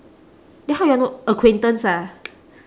then how y'all know acquaintance ah